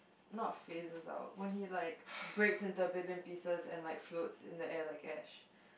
not phases out when he like breaks into a billion pieces and like floats in the air like ash